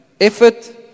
effort